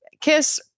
Kiss